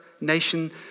nation